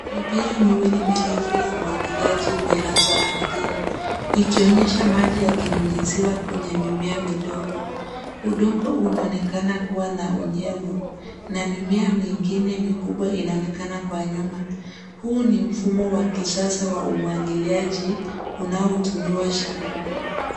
Mipira miwili mirefu ya umwagiliaji imelazwa ardhini, ikionyesha maji yakinyunyuziwa kwenye mimea midogo. Udongo unaonekana kuwa na unyevu na mimea mingine mikubwa inaonekana kwa nyuma. Huu ni mfumo wa kisasa wa umwagiliaji unaotumiwa shambani.